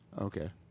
Okay